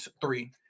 three